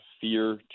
fear